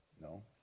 No